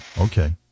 okay